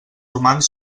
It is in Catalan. humans